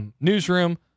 Newsroom